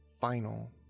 final